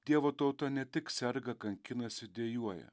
dievo tauta ne tik serga kankinasi dejuoja